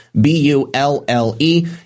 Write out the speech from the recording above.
B-U-L-L-E